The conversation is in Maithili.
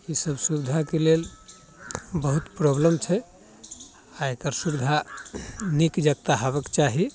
ई सभ सुविधाके लेल बहुत प्रोब्लम छै आ एकर सुविधा नीक जकाँ होयबा क चाही